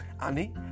Annie